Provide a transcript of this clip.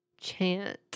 chant